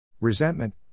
Resentment